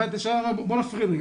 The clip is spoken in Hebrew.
בוא נפריד רגע.